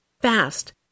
fast